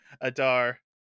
Adar